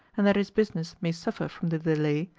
and that his business may suffer from the delay,